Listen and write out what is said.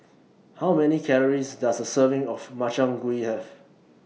How Many Calories Does A Serving of Makchang Gui Have